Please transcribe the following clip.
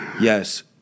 Yes